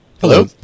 Hello